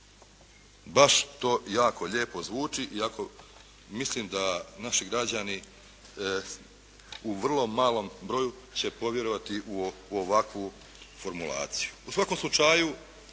Baš to jako lijepo zvuči iako mislim da naši građani u vrlo malom broju će povjerovati u ovakvu formulaciju.